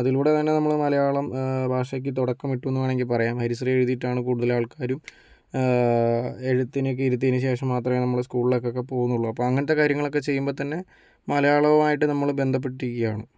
അതിലൂടെ തന്നെ നമ്മൾ മലയാളം ഭാഷക്ക് തുടക്കമിട്ടുവെന്ന് വേണമെങ്കിൽ പറയാം ഹരിശ്രീ എഴുതിയിട്ടാണ് കൂടുതലാൾക്കാരും എഴുത്തിനൊക്കെ ഇരുത്തിയതിനു ശേഷം മാത്രമേ നമ്മൾ സ്കൂളിലേക്കൊക്കെ പോകുന്നുള്ളൂ അപ്പം അങ്ങനത്തെ കാര്യങ്ങളൊക്കെ ചെയ്യുമ്പോൾത്തന്നെ മലയാളവുമായിട്ട് നമ്മൾ ബന്ധപ്പെട്ടിരിക്കുകയാണ്